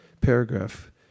paragraph